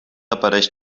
apareix